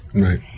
Right